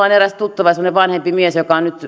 on eräs tuttava semmoinen vanhempi mies joka on nyt